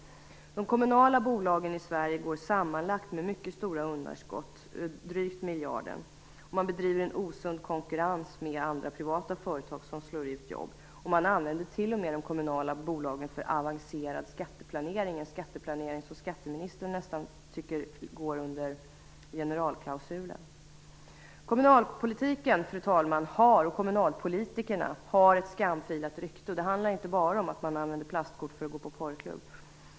De kommunala bolagen i Sverige går sammanlagt med mycket stora underskott, drygt miljarden, och man bedriver en osund konkurrens med privata företag som slår ut jobb. Man använder t.o.m. de kommunala bolagen för avancerad skatteplanering, en skatteplanering som skatteministern nästan tycker går under generalklausulen. Fru talman! Kommunalpolitiken och kommunalpolitikerna har ett skamfilat rykte. Det handlar inte bara om att man använder plastkort för att gå på porrklubb.